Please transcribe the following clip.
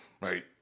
right